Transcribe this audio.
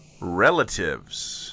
relatives